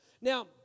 Now